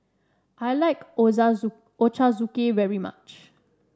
I like Ochazuke very much